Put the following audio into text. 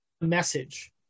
message